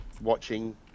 watching